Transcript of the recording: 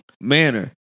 manner